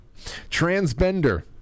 transbender